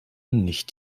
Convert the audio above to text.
nicht